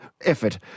effort